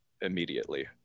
immediately